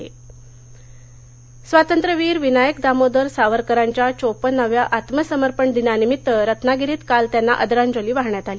आदरांजली रत्नागिरी स्वातंत्र्यवीर विनायक दामोदर सावरकरांच्या चौपन्नाव्या आत्मसमर्पण दिनानिमित्त रत्नागिरीत काल त्यांना आदरांजली वाहण्यात आली